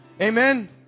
Amen